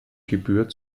gebühr